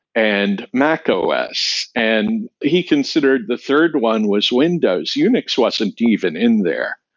and mac os. and he considered the third one was windows. unix wasn't even in there.